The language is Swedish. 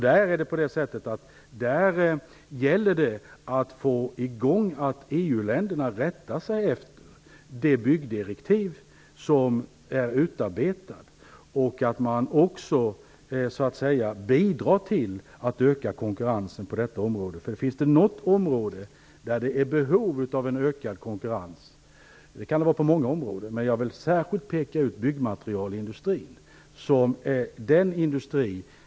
Där gäller det att se till att EU-länderna rättar sig efter de byggdirektiv som är utarbetade, och att man bidrar till att öka konkurrensen på detta område. Finns det något område som har behov av ökad konkurrens, och det kan finnas många områden, är det byggmaterial jag särskilt vill peka ut.